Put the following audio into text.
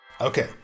Okay